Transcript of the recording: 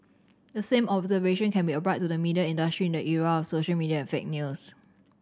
the same observation can be applied to the media industry in the era of social media and fake news